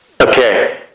Okay